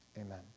Amen